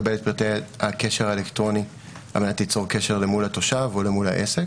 כתובת דואר אלקטרוני או אמצעי קשר אחר שאזרח יוכל לפנות אליהם.